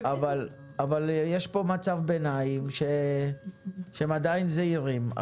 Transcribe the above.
אבל יש פה מצב ביניים, שהם עדיין זהירים.